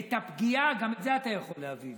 גם את זה אתה יכול להבין.